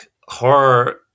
horror